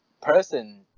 person